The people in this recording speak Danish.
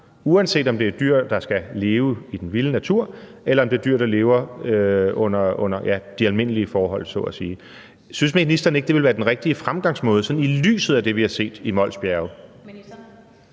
uanset om det er dyr, der skal leve i den vilde natur, eller om det er dyr, der lever under de almindelige forhold så at sige. Synes ministeren ikke, det ville være den rigtige fremgangsmåde set i lyset af det, vi har set i Mols Bjerge?